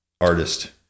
artist